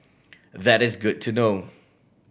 that is good to know